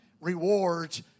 rewards